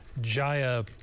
Jaya